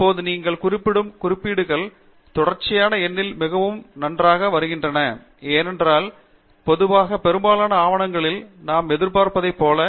இப்போது நீங்கள் குறிப்பிடும் குறிப்பீடுகள் தொடர்ச்சியான எண்ணில் மிகவும் நன்றாக வருகின்றன ஏனென்றால் பொதுவாக பெரும்பாலான ஆவணங்களில் நாம் எதிர்பார்ப்பதைப் போல